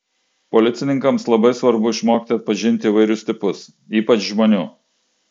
policininkams labai svarbu išmokti atpažinti įvairius tipus ypač žmonių